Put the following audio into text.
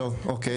אוקיי.